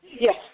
Yes